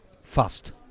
Fast